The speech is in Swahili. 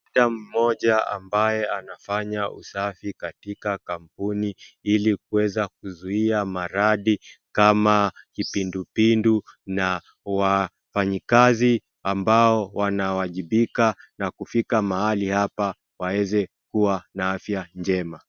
Dada mmoja ambaye anafanya usafi katika kampuni ili kuweza kuzuia maradhi kama kipindu pindu na wafanyikazi ambao wanawajibika na kufika mahali hapa waweze kuwa na afya njema.